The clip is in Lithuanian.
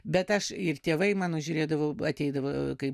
bet aš ir tėvai mano žiūrėdavau ateidavo kaip